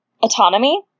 autonomy